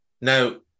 Now